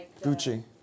Gucci